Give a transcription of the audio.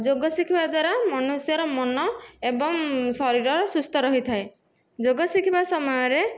ଯୋଗ ଶିଖିବା ଦ୍ୱାରା ମନୁଷ୍ୟର ମନ ଏବଂ ଶରୀର ସୁସ୍ଥ ରହିଥାଏ ଯୋଗ ଶିଖିବା ସମୟରେ